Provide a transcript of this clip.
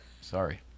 Sorry